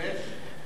5%?